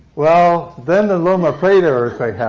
well, then the loma prieta earthquake yeah